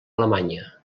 alemanya